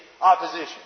opposition